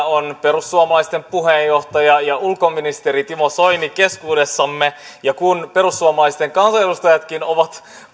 on perussuomalaisten puheenjohtaja ulkoministeri timo soini keskuudessamme ja kun perussuomalaisten kansanedustajatkin ovat